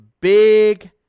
big